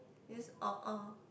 this orh orh